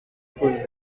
kuzuza